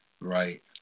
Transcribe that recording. Right